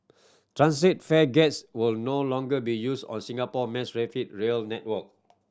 turnstile fare gates will no longer be used on Singapore mass rapid rail network